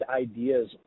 ideas